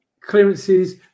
Clearances